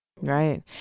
Right